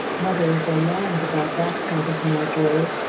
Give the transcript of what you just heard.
mother is alarmed about that part of my voyage,